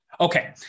Okay